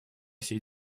сей